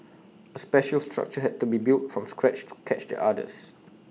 A special structure had to be built from scratch to catch the otters